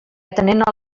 atenent